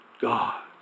God